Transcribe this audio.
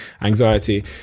anxiety